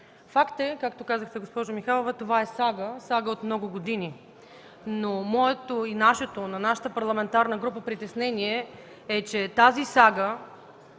Факт е, както казахте, госпожо Михайлова, това е сага от много години, но моето и на нашата парламентарна група притеснение е, че тази сага